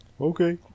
Okay